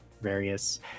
various